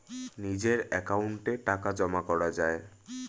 নিজের অ্যাকাউন্টে টাকা জমা করা যায়